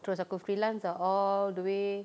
terus aku freelance tahu all the way